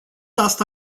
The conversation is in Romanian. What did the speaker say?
asta